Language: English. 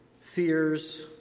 fears